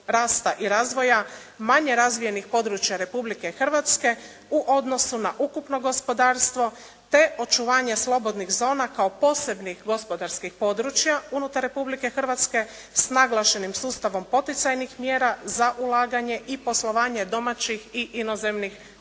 rasta i razvoja manje razvijenih područja Republike Hrvatske u odnosu na ukupno gospodarstvo te očuvanje slobodnih zona kao posebnih gospodarskih područja unutar Republike Hrvatske s naglašenim sustavom poticajnih mjera za ulaganje i poslovanje domaćih i inozemnih ulagatelja.